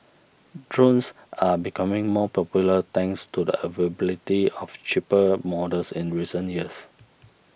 drones are becoming more popular thanks to the availability of cheaper models in recent years